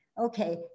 Okay